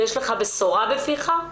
יש לך בשורה בפיך?